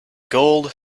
gold